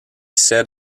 said